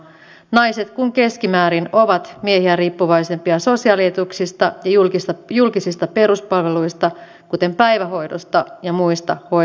naiset kun keskimäärin ovat miehiä riippuvaisempia sosiaalietuuksista ja julkisista peruspalveluista kuten päivähoidosta ja muista hoivapalveluista